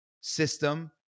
system